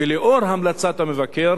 ולאור המלצת המבקר,